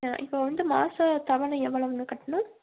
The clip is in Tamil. ஆ இப்போ வந்து மாத தவணை எவ்வளவுங்க கட்டணும்